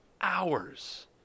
hours